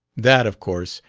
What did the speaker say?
that, of course,